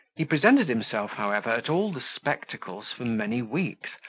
he presented himself, however, at all the spectacles for many weeks,